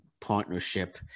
partnership